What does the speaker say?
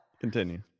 Continue